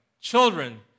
Children